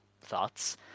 thoughts